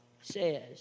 says